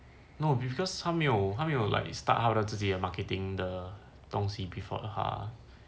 no because 他没有他没有 like start 自己的 marketing 的东西 before 的话